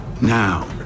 Now